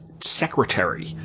secretary